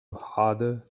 harder